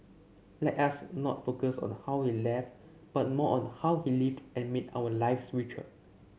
let us not focus on how he left but more on how he lived and made our lives richer